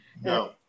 No